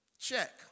Check